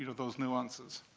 those nuances.